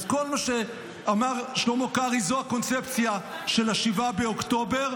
אז כל מה שאמר שלמה קרעי זה הקונספציה של 7 באוקטובר.